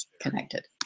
connected